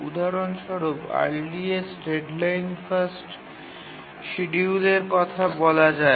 উদাহরণস্বরূপ আর্লিস্টেট deadline first শিডিয়ুলারের কথা বলা যায়